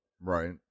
Right